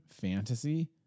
fantasy